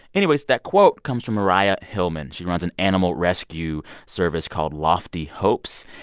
anyways, that quote comes from mariah hillman. she runs an animal rescue service called lofty hopes.